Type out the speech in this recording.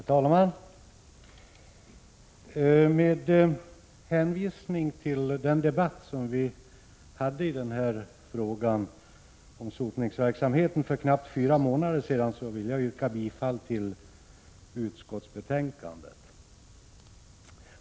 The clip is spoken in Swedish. Herr talman! Med hänvisning till den debatt som vi har fört i den här frågan om sotningsverksamheten för knappt fyra månader sedan yrkar jag bifall till utskottets hemställan.